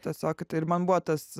tiesiog tai ir man buvo tas